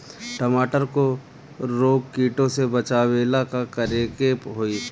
टमाटर को रोग कीटो से बचावेला का करेके होई?